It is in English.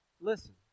Listen